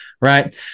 right